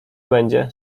będzie